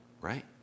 right